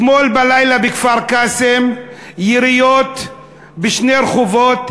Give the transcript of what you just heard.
אתמול בלילה בכפר-קאסם היו יריות בשני רחובות,